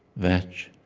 vetch,